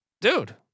dude